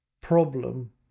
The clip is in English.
problem